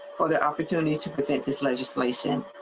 for the opportunity to present this legislation.